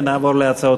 תבוא עם ההורים,